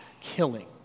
killing